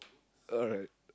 alright